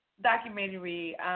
documentary